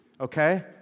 okay